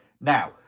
Now